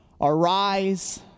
Arise